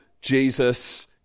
Jesus